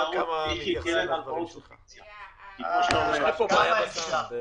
כמו שאתם יודעים --- החלק הראשון של הדיון עסק בהלוואות,